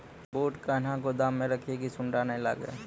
बूट कहना गोदाम मे रखिए की सुंडा नए लागे?